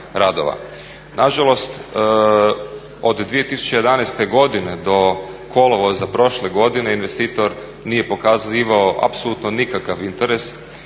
Nažalost, od 2011.godine do kolovoza prošle godine investitor nije pokazivao apsolutno nikakav interes